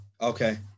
Okay